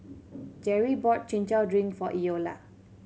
Jerrie bought Chin Chow drink for Eola